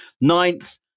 Ninth